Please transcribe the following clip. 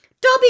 Dobby